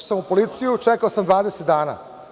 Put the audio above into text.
Otišao sam u policiju, čekao sam 20 dana.